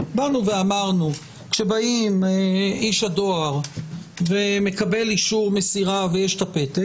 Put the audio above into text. אמרנו שאיש הדואר מקבל אישור מסירה ויש את הפתק,